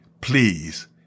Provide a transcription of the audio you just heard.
please